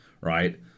right